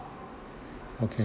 okay